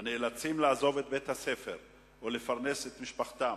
הנאלצים לעזוב את בית-הספר ולפרנס את משפחתם,